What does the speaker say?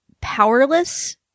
powerless